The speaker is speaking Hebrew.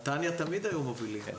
תמיד נתניה היו מובילים.